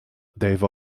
deva